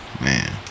Man